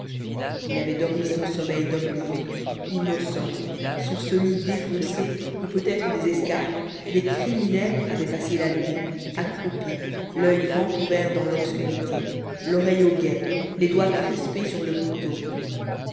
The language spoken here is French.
il avait dormi son sommeil d'homme libre innocent sur ce lit défoncé ou peut-être des escarpes des criminels avaient passé la nuit accroupis l'oeil grand ouvert dans l'obscurité l'oreille au guet les doigts crispés sur le couteau